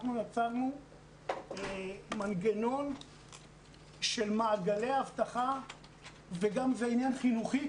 אנחנו יצרנו מנגנון של מעגלי אבטחה וזה גם עניין חינוכי,